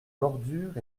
bordure